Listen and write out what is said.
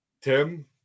Tim